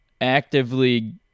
actively